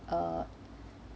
um